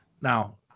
now